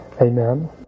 Amen